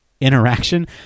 interaction